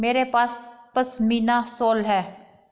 मेरे पास पशमीना शॉल है